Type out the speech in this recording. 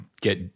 get